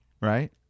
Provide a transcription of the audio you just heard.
right